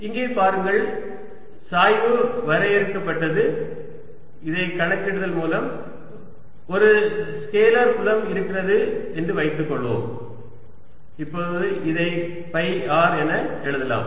இங்கே பாருங்கள் சாய்வு வரையறுக்கப்பட்டது இதை கணக்கிடுதல் மூலம் ஒரு ஸ்கேலார் புலம் இருக்கிறது என்று வைத்துக்கொள்வோம் இப்போது இதை ஃபை r என எழுதலாம்